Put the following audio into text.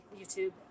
YouTube